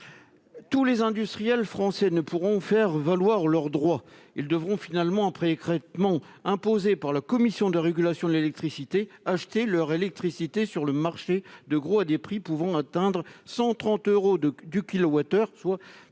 Tous les industriels français ne pourront faire valoir leurs droits ; ils devront finalement, après écrêtement imposé par la Commission de régulation de l'énergie (CRE), acheter leur électricité sur le marché de gros à des prix pouvant atteindre 130 euros du kilowattheure,